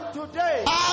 today